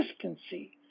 consistency